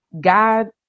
God